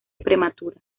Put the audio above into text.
prematura